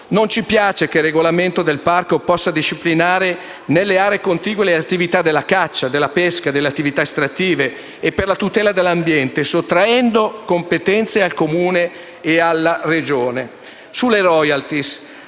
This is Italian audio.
Non ci piace che il regolamento del parco possa disciplinare nelle aree contigue le attività della caccia, della pesca, delle attività estrattive e per la tutela dell'ambiente, sottraendo competenze al Comune e alla Regione.